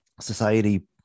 society